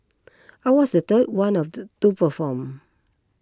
I was the third one of the to perform